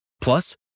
Plus